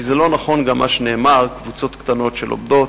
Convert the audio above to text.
כי לא נכון גם מה שנאמר: קבוצות קטנות שלומדות.